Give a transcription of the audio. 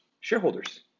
Shareholders